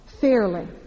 fairly